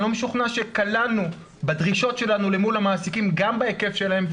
אני לא משוכנע שקלענו בדרישות שלנו למול המעסיקים גם בהיקף שלהם,